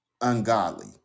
ungodly